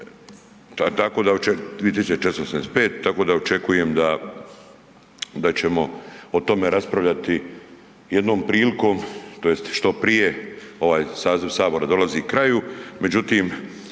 tako da očekujem da ćemo o tome raspravljati jednom prilikom tj. što prije. Ovaj saziv sabora dolazi kraju. Međutim,